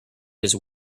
his